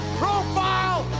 profile